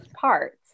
parts